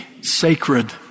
sacred